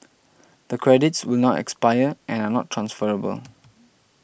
the credits will not expire and are not transferable